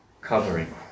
covering